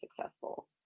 successful